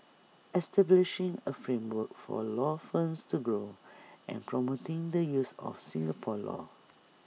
establishing A framework for law firms to grow and promoting the use of Singapore law